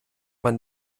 man